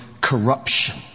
corruption